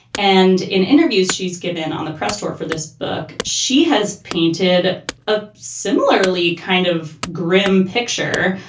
and in interviews she's given on the press tour for this book, she has painted a similarly kind of grim picture,